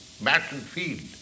battlefield